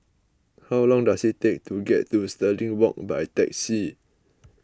how long does it take to get to Stirling Walk by taxi